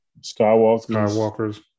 Skywalkers